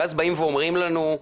ואז אומרים לנו,